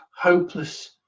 hopeless